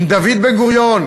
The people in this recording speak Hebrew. אם דוד בן-גוריון,